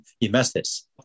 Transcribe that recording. investors